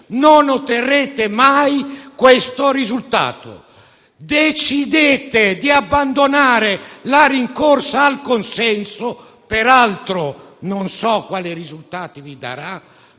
non otterrete mai questo risultato. Decidete di abbandonare la rincorsa al consenso - peraltro, non so quali risultati vi darà